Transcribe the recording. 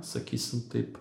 sakysim taip